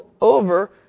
over